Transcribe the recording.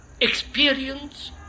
experience